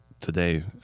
today